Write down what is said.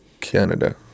canada